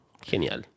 Genial